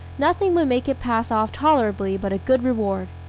nothing would make it pass off tolerably but a good reward.